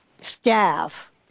staff